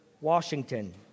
Washington